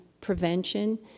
prevention